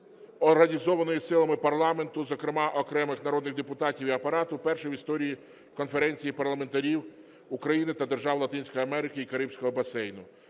організованої силами парламенту, зокрема окремих народних депутатів і Апарату, першої в історії конференції парламентарів України та держав Латинської Америки і Карибського басейну.